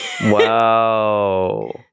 Wow